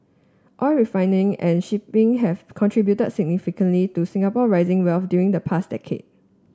oil refining and shipping have contributed significantly to Singapore rising wealth during the past decade